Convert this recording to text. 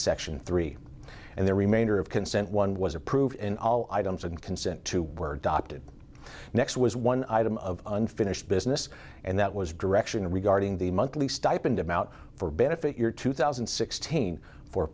section three and the remainder of consent one was approved and all items and consent to were dotted next was one item of unfinished business and that was direction regarding the monthly stipend i'm out for benefit your two thousand and sixteen for